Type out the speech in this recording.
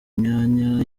imyanya